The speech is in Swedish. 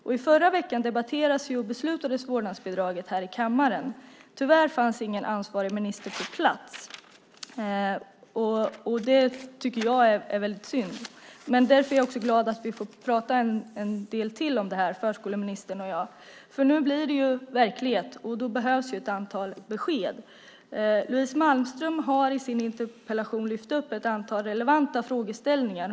I förra veckan debatterades vårdnadsbidraget och vi fattade beslut om det här i kammaren. Tyvärr fanns ingen ansvarig minister på plats, och det tycker jag var synd. Men därför är jag också glad att vi får prata lite mer om det nu, förskoleministern och jag. Nu blir det verklighet, och då behövs ett antal besked. Louise Malmström har i sin interpellation lyft upp ett antal relevanta frågeställningar.